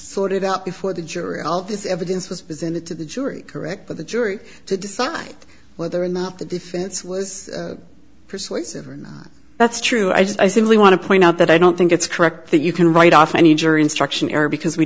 sorted out before the jury all the evidence was presented to the jury correct but the jury to decide whether or not the defense was persuasive and that's true i simply want to point out that i don't think it's correct that you can write off any jury instruction error because we